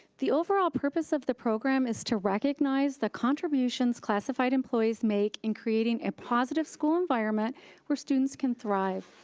the overall purpose of the program is to recognize the contributions classified employees make in creating a positive school environment where students can thrive.